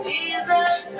Jesus